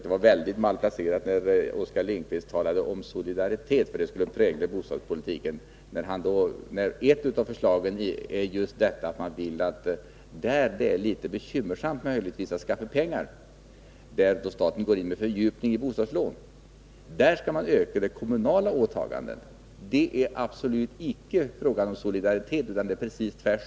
Det var väldigt malplacerat av Oskar Lindkvist att tala om att bostadspolitiken skulle präglas av solidaritet, när ett av regeringens förslag går ut på att överföra risker till kommunerna i områden där krediter kan vålla problem. På det området skall man öka de kommunala åtagandena. Det är absolut icke fråga om solidaritet utan om motsatsen.